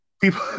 people